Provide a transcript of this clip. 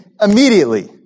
immediately